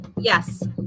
yes